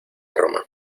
roma